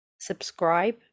subscribe